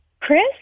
Chris